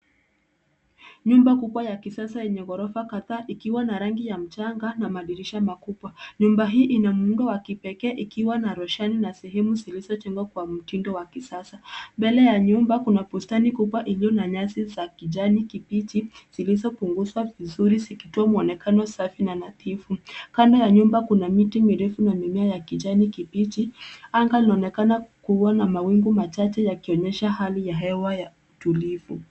Nyumba kubwa ya kisasa enye gorofa kadhaa ikiwa na rangi ya mchanga na madirisha makubwa. Nyumba hii ni nyumba ya kipekee ikiwa na roshani na sehemu zilizo jengwa kwa mtindo wa kisasa. Mbele ya nyumba kuna bustani kubwa ilio na nyasi za kijani kibichi zilizo punguzwa vizuri zikitoa muonekano safi na natifu. Kando ya nyumba kuna miti mirefu na mimea ya kijani kibichi. Anga linaonekana kuwa mawingu machache yakionyesha hali ya hewa ya utulivu.